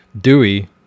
dewey